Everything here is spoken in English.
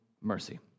mercy